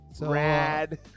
Rad